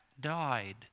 died